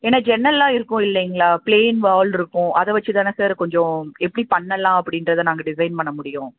ஏன்னா ஜன்னல்லாம் இருக்கும் இல்லைங்களா பிளேன் வாலிருக்கும் அதை வச்சுதானே சார் கொஞ்சம் எப்படி பண்ணலாம் அப்படின்றத நாங்கள் டிசைன் பண்ண முடியும்